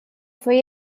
foi